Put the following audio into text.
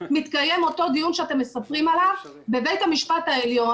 מתקיים אותו דיון שאתם מספרים עליו בבית המשפט העליון,